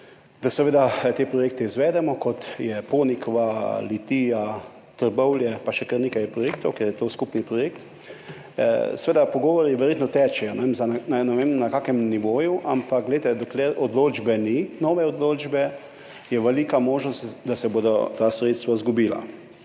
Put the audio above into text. je dobila odločbe, izvedemo. Kot so Ponikva, Litija, Trbovlje, pa še kar nekaj projektov je, ker je to skupni projekt. Seveda pogovori verjetno tečejo. Ne vem, na kakšnem nivoju, ampak glejte, dokler nove odločbe ni, je velika možnost, da se bodo ta sredstva izgubila.